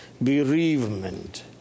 bereavement